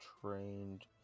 trained